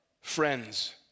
friends